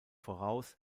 voraus